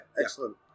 excellent